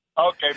Okay